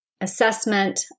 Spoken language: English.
assessment